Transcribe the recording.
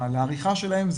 לעריכה שלהן,